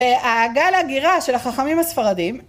‫והגל הגירה של החכמים הספרדים...